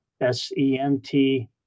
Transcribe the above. S-E-N-T